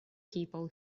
people